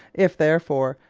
if, therefore,